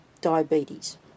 diabetes